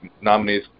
nominees